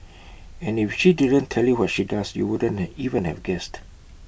and if she didn't tell you what she does you wouldn't and even have guessed